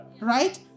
right